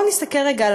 בואו נסתכל רגע,